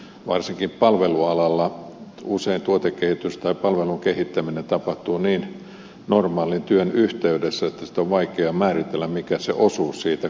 varsinkin palvelualalla usein tuotekehitys tai palvelun kehittäminen tapahtuu niin normaalin työn yhteydessä että on vaikea määritellä mikä se osuus siitä kokonaisuudesta on